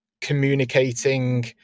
communicating